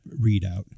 readout